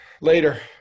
Later